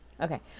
Okay